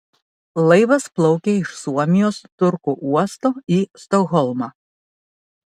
laivas plaukė iš suomijos turku uosto į stokholmą